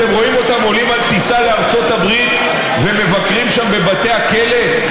אתם רואים אותם עולים על טיסה לארצות הברית ומבקרים שם בבתי הכלא?